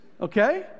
Okay